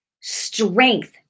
Strength